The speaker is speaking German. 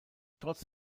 trotz